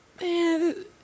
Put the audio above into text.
man